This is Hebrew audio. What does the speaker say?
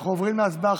אנחנו עוברים להצבעה.